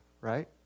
Right